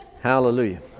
Hallelujah